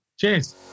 Cheers